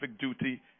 duty